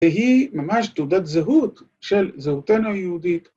שהיא ממש תעודת זהות של זהותנו היהודית.